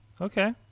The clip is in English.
Okay